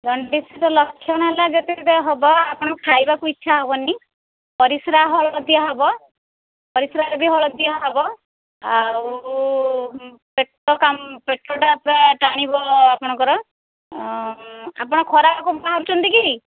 jaundice ର ଲକ୍ଷଣ ହେଲା ଯେତେବେଳେ ହେବ ଆପଣ ଖାଇବାକୁ ଇଚ୍ଛା ହେବନି ପରିଶ୍ରା ହଳଦିଆ ହେବ ପରିଶ୍ରା ଏବେ ହଳଦିଆ ହେବ ଆଉ ପେଟ କାମୁ ପେଟଟା ପୁରା ଟାଣିବ ଆପଣଙ୍କର ଆପଣ ଖରାକୁ କ'ଣ ବାହାରୁଛନ୍ତି କି